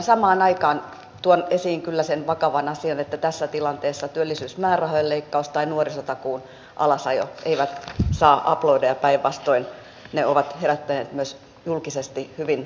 samaan aikaan tuon esiin kyllä sen vakavan asian että tässä tilanteessa työllisyysmäärärahojen leikkaus tai nuorisotakuun alasajo eivät saa aplodeja päinvastoin ne ovat herättäneet myös julkisesti hyvin suurta huolta